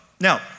now